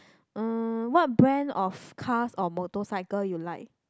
uh what brand of cars or motorcycle you like